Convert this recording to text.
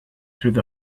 through